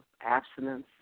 abstinence